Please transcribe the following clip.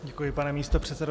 Děkuji, pane místopředsedo.